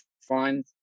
find